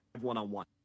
one-on-one